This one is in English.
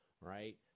right